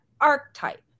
archetype